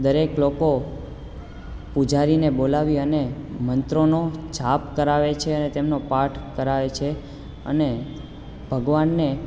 દરેક લોકો પૂજારીને બોલાવી અને મંત્રોનો જાપ કરાવે છે અને તેમનો પાઠ કરાવે છે અને ભગવાનને